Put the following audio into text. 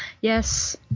Yes